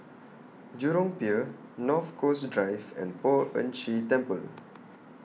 Jurong Pier North Coast Drive and Poh Ern Shih Temple